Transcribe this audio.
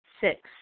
Six